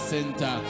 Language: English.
Center